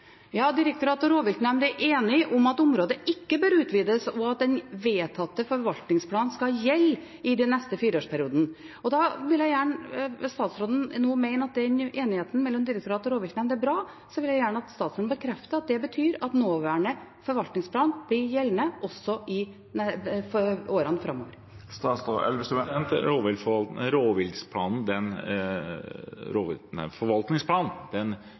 direktoratet og rovviltnemnda er enige om at området ikke bør utvides, og at den vedtatte forvaltningsplanen skal gjelde i den neste fireårsperioden. Hvis statsråden nå mener at den enigheten mellom direktoratet og rovviltnemnda er bra, vil jeg gjerne at statsråden bekrefter at det betyr at nåværende forvaltningsplan blir gjeldende også i årene framover.